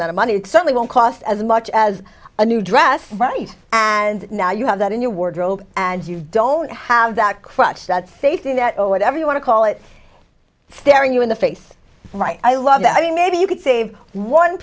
amount of money it certainly won't cost as much as a new dress right and now you have that in your wardrobe and you don't have that crutch that faith in that or whatever you want to call it staring you in the face right i love that i mean maybe you could save one